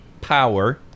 Power